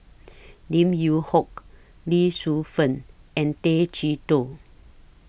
Lim Yew Hock Lee Shu Fen and Tay Chee Toh